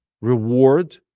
reward